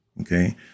Okay